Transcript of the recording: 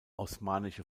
osmanische